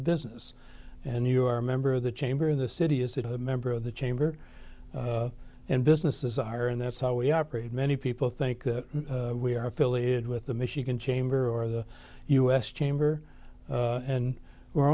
business and you are a member of the chamber of the city is that a member of the chamber and businesses are and that's how we operate many people think we are affiliated with the michigan chamber or the u s chamber and we're